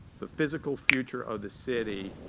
the physical future of the city,